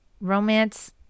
romance